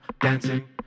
dancing